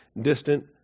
distant